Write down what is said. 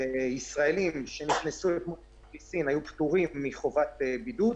ישראלים שנכנסו לקפריסין, היו פטורים מחובת בידוד.